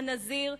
"הנזיר",